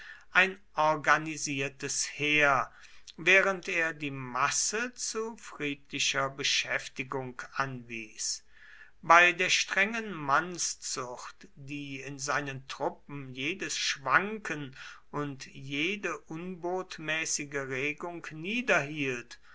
ein organisiertes heer während er die masse zu friedlicher beschäftigung anwies bei der strengen mannszucht die in seinen truppen jedes schwanken und jede unbotmäßige regung